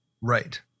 Right